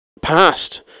past